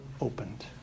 opened